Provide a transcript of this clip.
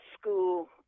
school